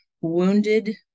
wounded